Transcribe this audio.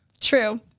True